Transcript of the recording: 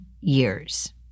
years